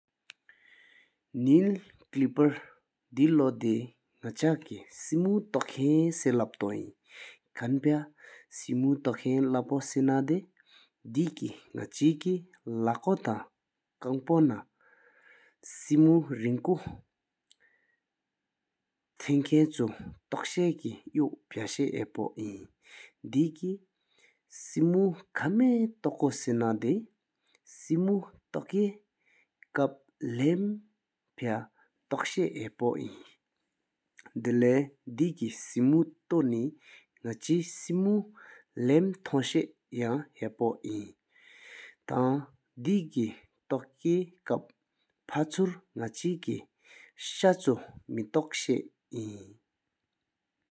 ནཻལ་ཅི་ལེ་ ལྡེ་ལོ་ དེ་ ནག་ཆ་ སྐད་ སེ་མུ་ སྟོད་ ཁང་སྲས་ལབ་ཊོ་ ཨིན། ཁང་པ་ སེ་མུ་ སྟོད་ ཁང་ལབ་ བསེ་ན་ དེ་ དེ་སྐད་ ནག་ཆེས་ སྐད་ ལེགས་ ཐང་ ཀོང་པེས་ སེ་མུ་ རིང་གུ་ ཐང་ ཁང་ འཕྲོག་ཞ་སྐད་ ཡོ་ འཕ་ཞ་ཚ་ ཧ་པོ་ཨིན། དེ་ སྐད་ སེ་མུ་ ཁ་ མེ་ཐོག་ ཀོ་ སེ་ན་ དེ་ དེ་སྐད་ སེ་མུ་ ཐོགས་ཀྱད་ དཀར་ཕུ་ ཐོག་ཞ་ཚ་ ཧ་པོ་ཨིན། དེ་ལས་ དེ་སྐད་ སེ་མུ་ ཐོག་ ནའི་ ནག་ཆེས་ སེ་མུ་ ལམ་ཐང་ཞ་ ཡོང་ ཧ་པོ་ཨིན། ཐང་ དེ་སྐད་ ཐོགས་ཀྱད་ དཀར་ཕུ་ ཆུར་ནག་ཆེས་ སྐད་ ཞ་ཆོ་མེ་ ཐོག་ཞ་ཨིན།